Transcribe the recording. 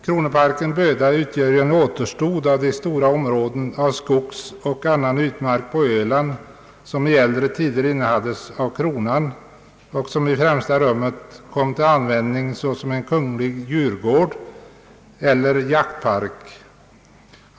Kronoparken Böda utgör en återstod av de stora områden av skogsoch annan utmark på Öland som i äldre tid innehades av kronan och som i främsta rummet kom till användning såsom en kunglig djurgård eller jaktpark.